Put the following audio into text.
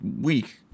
week